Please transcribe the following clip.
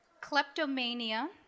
kleptomania